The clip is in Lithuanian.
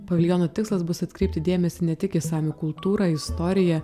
paviljono tikslas bus atkreipti dėmesį ne tik į samių kultūrą istoriją